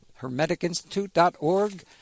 hermeticinstitute.org